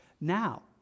now